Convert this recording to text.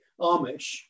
Amish